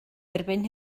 erbyn